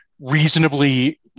reasonably